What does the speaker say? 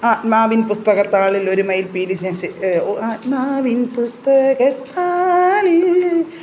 ആത്മാവിൻ പുസ്തകത്താളിൽ ഒരു മയിൽപ്പീലി ആത്മാവിൻ പുസ്തകത്താളിൽ